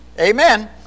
Amen